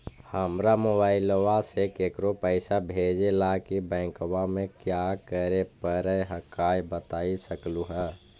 हमरा मोबाइलवा से केकरो पैसा भेजे ला की बैंकवा में क्या करे परो हकाई बता सकलुहा?